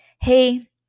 hey